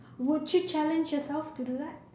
would you challenge yourself to do that